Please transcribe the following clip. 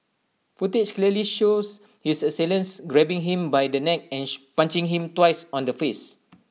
footage clearly shows his assailant grabbing him by the neck and punching him twice on the face